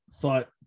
thought